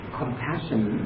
compassion